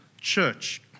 church